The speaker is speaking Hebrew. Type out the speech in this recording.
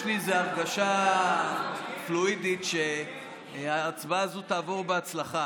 יש לי איזו הרגשה פלואידית שההצבעה הזאת תעבור בהצלחה.